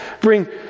bring